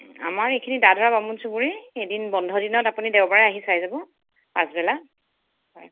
আমাৰ এইখিনি দা ধৰা বামুণ চুবুৰী এদিন বন্ধদিনত আপুনি দেওবাৰে আহি চাই যাব পাছবেলা হয়